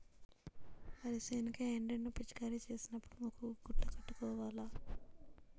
వరి సేనుకి ఎండ్రిన్ ను పిచికారీ సేసినపుడు ముక్కుకు గుడ్డ కట్టుకోవాల